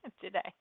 today